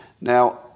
Now